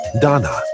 Donna